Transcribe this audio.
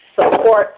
support